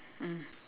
mm